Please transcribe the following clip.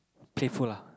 playful lah